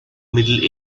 middle